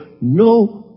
no